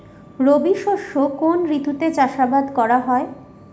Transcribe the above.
রবি শস্য কোন ঋতুতে চাষাবাদ করা হয়?